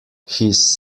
his